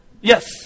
Yes